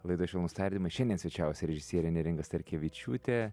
laidoje švelnūs tardymai šiandien svečiavosi režisierė neringa starkevičiūtė